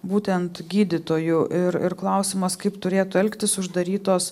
būtent gydytojų ir ir klausimas kaip turėtų elgtis uždarytos